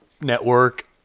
network